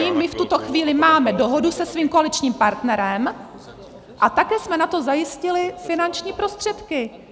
My v tuto chvíli máme dohodu se svým koaličním partnerem a také jsme na to zajistili finanční prostředky.